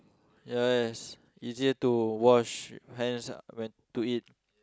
yes easier to wash hands when to eat